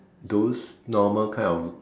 those normal kind of